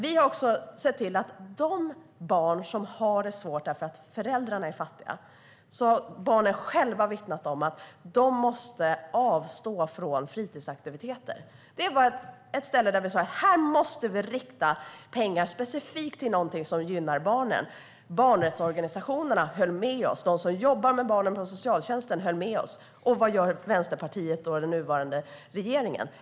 Vi har också tittat på de barn som har det svårt därför att föräldrarna är fattiga, barn som själva har vittnat om att de måste avstå från fritidsaktiviteter. Där sa vi: Här måste vi rikta pengar specifikt till något som gynnar barnen. Barnrättsorganisationerna höll med oss. De som jobbar med barnen i socialtjänsten höll med oss. Men vad gör Vänsterpartiet och den nuvarande regeringen?